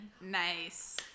Nice